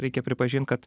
reikia pripažint kad